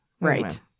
Right